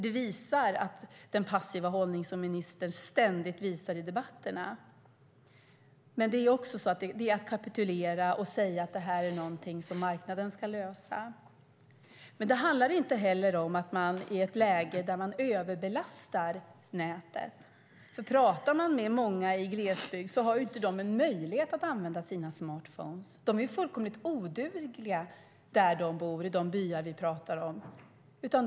Det visar den passiva hållning ministern ständigt intar i debatterna. Det är att kapitulera när man säger att marknaden ska lösa detta. Det handlar inte heller om överbelastning av nätet. Talar man med många i glesbygden har de inte en möjlighet att använda sina smartphones. Dessa är fullkomligt odugliga i de byar vi talar om.